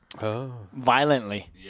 Violently